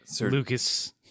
Lucas